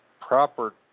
proper